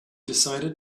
decided